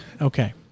okay